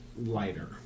lighter